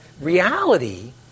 reality